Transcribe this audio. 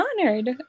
honored